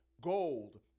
gold